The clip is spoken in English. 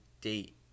date